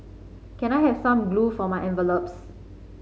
can I have some glue for my envelopes